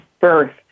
birth